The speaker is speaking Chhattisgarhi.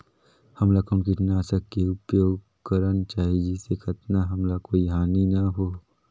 हमला कौन किटनाशक के उपयोग करन चाही जिसे कतना हमला कोई हानि न हो?